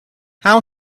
how